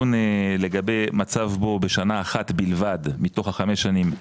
לגבי "מצב בו בשנה אחת בלבד" מתוך חמש השנים,